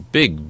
big